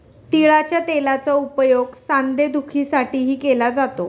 तिळाच्या तेलाचा उपयोग सांधेदुखीसाठीही केला जातो